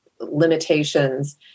limitations